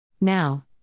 Now